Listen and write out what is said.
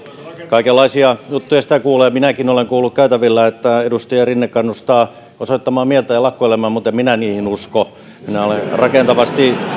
kaikenlaisia juttuja sitä kuulee minäkin olen kuullut käytävillä että edustaja rinne kannustaa osoittamaan mieltään ja lakkoilemaan mutta en minä niihin usko minä olen rakentavasti